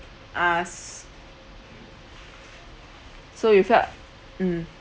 ah s~ so you felt mm